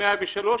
103,